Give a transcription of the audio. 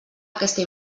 aquesta